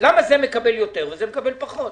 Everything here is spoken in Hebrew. למה זה מקבל יותר וזה מקבל פחות?